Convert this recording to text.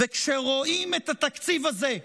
כשרואים את התקציב הזה,